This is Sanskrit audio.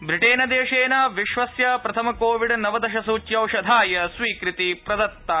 ब्रिटेनदेशेन विश्वस्य प्रथम कोविड़ नवदशसुच्यौषधाय स्वीकृति प्रदत्ता